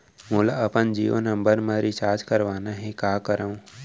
मोला अपन जियो नंबर म रिचार्ज करवाना हे, का करव?